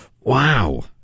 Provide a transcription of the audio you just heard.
Wow